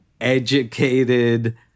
educated